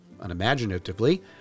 unimaginatively